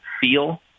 feel